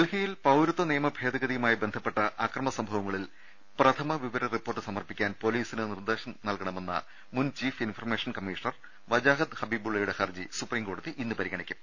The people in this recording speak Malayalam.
ഡൽഹിയിൽ പൌരത്വ നിയമ ഭേദഗതിയുമായി ബന്ധപ്പെട്ട അക്രമ സംഭവങ്ങളിൽ പ്രഥമ വിവര റിപ്പോർട്ട് സമർപ്പിക്കാൻ പൊലീസിന് നിർദേശം നൽകണമെന്ന മുൻ ചീഫ് ഇൻഫർമേഷൻ കമ്മീഷണർ വജാഹത്ത് ഹബീബുള്ളയുടെ ഹർജി സുപ്രീം കോടതി ഇന്ന് പരിഗ ണിക്കും